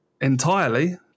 entirely